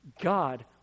God